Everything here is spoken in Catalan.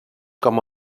com